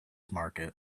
market